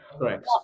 Correct